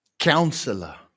counselor